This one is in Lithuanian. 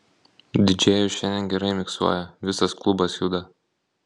didžėjus šiandien gerai miksuoja visas klubas juda